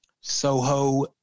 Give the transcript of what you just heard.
SoHo